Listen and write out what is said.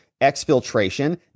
exfiltration